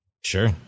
Sure